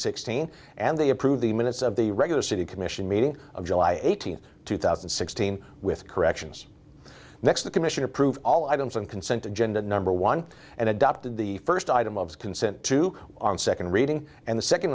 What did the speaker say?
sixteen and they approved the minutes of the regular city commission meeting of july eighteenth two thousand and sixteen with corrections next the commission approved all items and consent agenda number one and adopted the first item of consent to on second reading and the